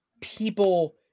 people